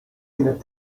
kienet